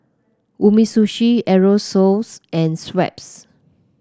Umisushi Aerosoles and Schweppes